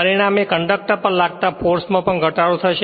પરિણામે કંડક્ટર પર લાગતાં ફોર્સ માં પણ ઘટાડો થશે